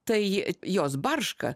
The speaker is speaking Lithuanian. tai jos barška